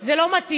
זה לא מתאים,